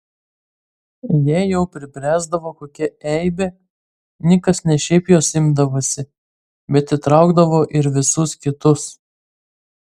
jei jau pribręsdavo kokia eibė nikas ne šiaip jos imdavosi bet įtraukdavo ir visus kitus